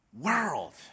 world